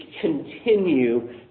continue